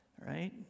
right